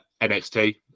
NXT